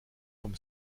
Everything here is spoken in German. vom